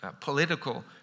political